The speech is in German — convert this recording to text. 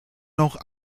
noch